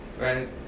right